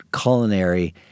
culinary